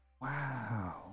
Wow